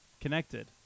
connected